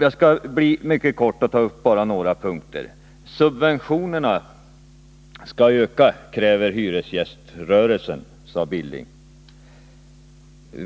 Jag skall fatta mig mycket kort och ta upp bara några punkter. Hyresgäströrelsen kräver att subventionerna skall öka, sade Knut Billing.